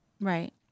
Right